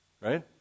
Right